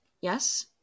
Yes